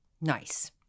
Nice